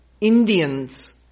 Indians